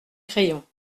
crayon